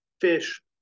fish